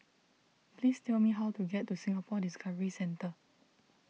please tell me how to get to Singapore Discovery Centre